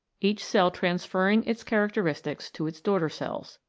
each cell transferring its characteristics to its daughter-cells.